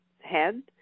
head